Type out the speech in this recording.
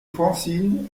francine